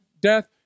death